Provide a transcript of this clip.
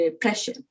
pressure